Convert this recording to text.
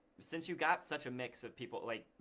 since you've got such a mix of people, like